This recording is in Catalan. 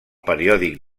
periòdic